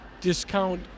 Discount